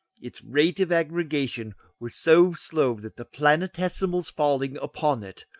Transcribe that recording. its rate of aggregation was so slow that the planetismals falling upon it,